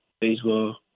baseball